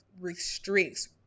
restricts